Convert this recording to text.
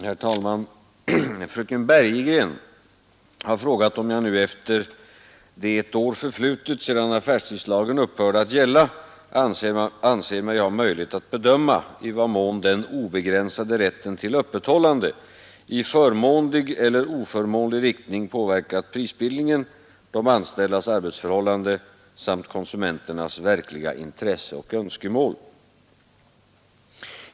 Herr talman! Fröken Bergegren har frågat om jag nu efter det ett år förflutit sedan affärstidslagen upphörde att gälla anser mig ha möjlighet bedöma i vad mån den obegränsade rätten till öppethållande i förmånlig eller oförmånlig riktning påverkat prisbildningen, de anställdas arbetsförhållande samt konsumenternas verkliga intresse och önskemål.